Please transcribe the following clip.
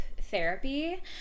therapy